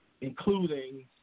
including